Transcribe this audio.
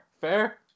fair